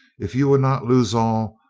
if you would not lose all,